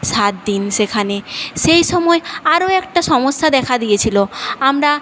সাত দিন সেখানে সেই সময়ে আরও একটা সমস্যা দেখা দিয়েছিল আমরা